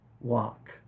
walk